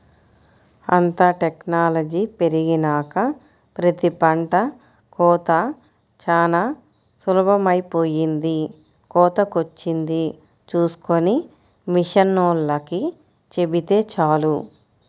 అంతా టెక్నాలజీ పెరిగినాక ప్రతి పంట కోతా చానా సులభమైపొయ్యింది, కోతకొచ్చింది చూస్కొని మిషనోల్లకి చెబితే చాలు